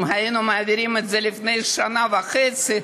אם היינו מעבירים את זה לפני שנה וחצי,